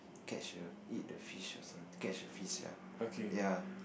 catch the eat the fish or something catch the fish ya ya